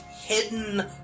hidden